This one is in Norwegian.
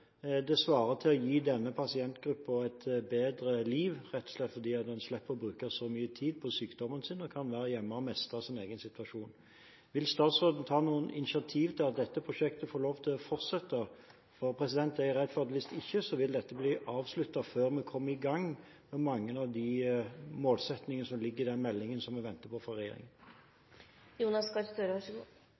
det svarer til å gi denne pasientgruppen et bedre liv, rett og slett fordi en slipper å bruke så mye tid på sykdommen sin, og kan være hjemme og mestre sin egen situasjon. Vil statsråden ta noen initiativ til at dette prosjektet får lov til å fortsette? Hvis ikke er jeg redd for at dette vil bli avsluttet før vi er kommet i gang med mange av de målsettingene som ligger i den meldingen som vi venter på